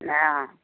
हँ